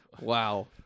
Wow